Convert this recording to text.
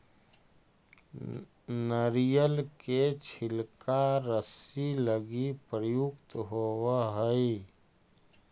नरियर के छिलका रस्सि लगी प्रयुक्त होवऽ हई